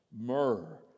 Myrrh